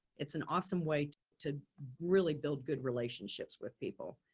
it's an awesome way to really build good relationships with people.